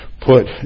put